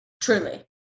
Truly